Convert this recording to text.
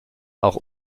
auch